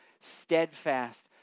steadfast